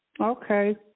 Okay